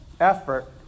effort